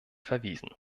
verwiesen